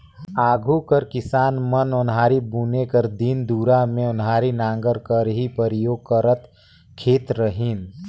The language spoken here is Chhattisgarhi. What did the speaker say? आघु कर किसान मन ओन्हारी बुने कर दिन दुरा मे ओन्हारी नांगर कर ही परियोग करत खित रहिन